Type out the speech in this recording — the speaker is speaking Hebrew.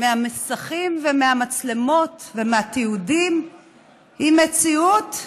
מהמסכים ומהמצלמות ומהתיעודים היא מציאות,